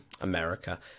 America